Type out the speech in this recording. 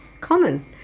common